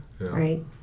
right